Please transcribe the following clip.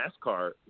NASCAR